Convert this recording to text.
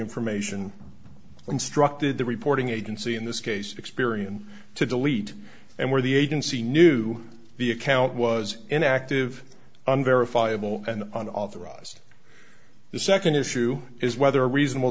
information instructed the reporting agency in this case experian to delete and where the agency knew the account was in active and verifiable and on authorized the second issue is whether reasonable